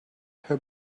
her